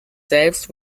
selbst